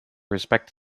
respect